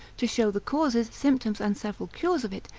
to show the causes, symptoms, and several cures of it,